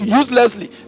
uselessly